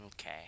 Okay